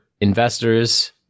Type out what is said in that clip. investors